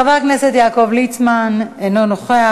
חבר הכנסת יעקב ליצמן, אינו נוכח.